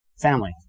family